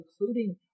including